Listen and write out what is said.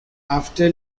after